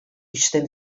ixten